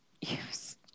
Yes